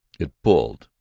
it pulled.